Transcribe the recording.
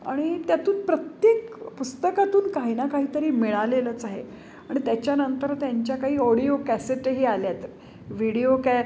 आणि त्यातून प्रत्येक पुस्तकातून काही ना काहीतरी मिळालेलंच आहे आणि त्याच्यानंतर त्यांच्या काही ऑडिओ कॅसेटही आल्यात व्हिडिओ कॅ